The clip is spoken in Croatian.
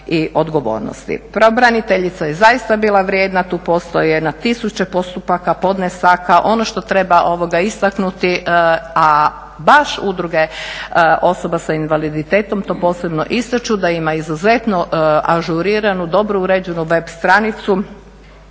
i odgovornosti. Pravobraniteljica je zaista bila vrijedna. Tu postoje na tisuće postupaka, podnesaka. Ono što treba istaknuti, a baš udruga osoba s invaliditetom to posebno ističu da ima izuzetno ažuriranu dobru uređenu web stranicu